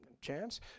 chance